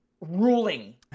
ruling